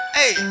hey